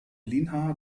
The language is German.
linha